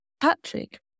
Patrick